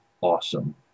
awesome